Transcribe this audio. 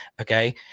okay